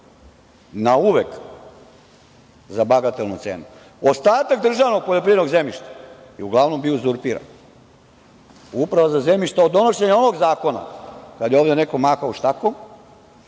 na uvek za bagatelnu cenu. Ostatak državnog poljoprivrednog zemljišta je uglavnom bio uzurpiran. Uprava za zemljište od donošenja ovog zakona, kada je ovde neko mahao štakom,